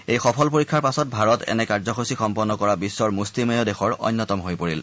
এই সফল পৰীক্ষাৰ পিচত ভাৰত এনে কাৰ্য্যসূচী সম্পন্ন কৰা বিশ্বৰ মুষ্টিমেয় দেশৰ অন্যতম হৈ পৰিল